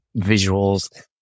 visuals